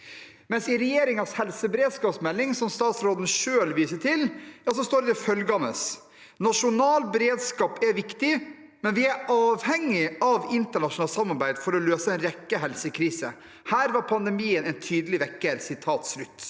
Men i regjeringens helseberedskapsmelding, som statsråden selv viser til, står det følgende: «Nasjonal beredskap er viktig, men vi er avhengige av internasjonalt samarbeid for å løse en rekke helsekriser. Her var pandemien en tydelig vekker.»